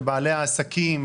לבעלי העסקים,